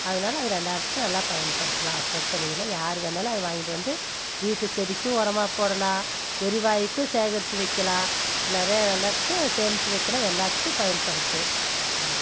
அதனால அது எல்லோருத்துக்கும் நல்லா பயன்படுத்தலாம் பிரச்சனை இல்லை யாரு வேணுணாலும் அதை வாங்கிட்டு வந்து வீட்டு செடிக்கும் உரமாக போடலாம் எரிவாயுக்கும் சேகரித்து வைக்கலாம் நிறைய எல்லாத்துக்கும் சேமித்து வைக்கலாம் எல்லாத்துக்கும் பயன்படுத்து ம்